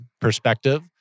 perspective